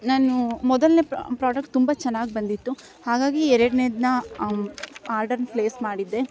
ನಾನು ಮೊದಲನೇ ಪ್ರಾಡಕ್ಟ್ ತುಂಬ ಚೆನ್ನಾಗ್ ಬಂದಿತ್ತು ಹಾಗಾಗಿ ಎರಡನೇದ್ನ ಆರ್ಡರ್ ಪ್ಲೇಸ್ ಮಾಡಿದ್ದೆ